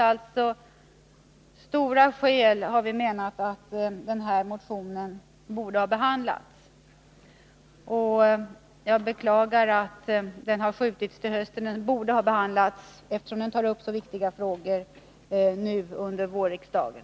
Allt detta är viktiga frågor, och det finns alltså goda skäl för att den här motionen borde ha behandlats i vår. Jag beklagar att behandlingen uppskjuts till hösten.